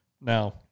Now